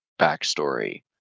backstory